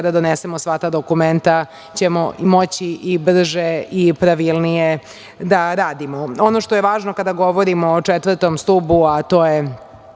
kada donesemo sva ta dokumenta ćemo moći i brže i pravilnije da radimo. Ono što je važno kada govorimo o četvrtom stubu to je